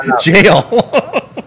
jail